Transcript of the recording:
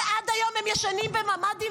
ועד היום הם ישנים בממ"דים,